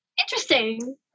interesting